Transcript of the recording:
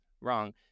wrong